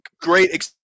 great